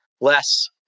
less